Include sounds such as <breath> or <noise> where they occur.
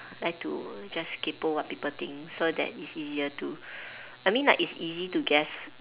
like to just kaypoh what people think so that it's easier to <breath> I mean like it's easy to guess